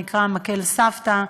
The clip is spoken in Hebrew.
שנקרא "מקל סבתא",